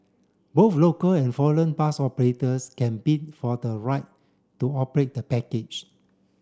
both local and foreign bus operators can bid for the right to operate the package